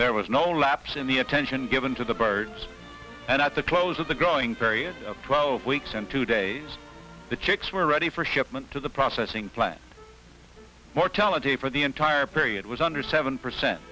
there was no lapse in the attention given to the birds and at the close of the growing variant of twelve weeks in two days the chicks were ready for shipment to the processing plant mortality for the entire period was under seven percent